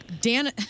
Dan